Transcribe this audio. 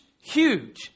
huge